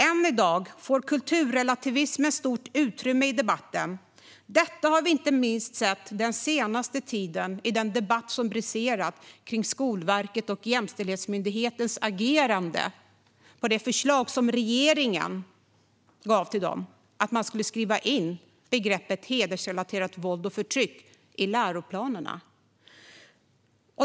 Än i dag får kulturrelativismen stort utrymme i debatten. Detta har vi inte minst sett den senaste tiden i den debatt som briserat om Skolverkets och Jämställdhetsmyndighetens agerande när regeringen gav dem förslaget att man skulle skriva in begreppet hedersrelaterat våld och förtryck i läroplanerna.